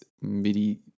MIDI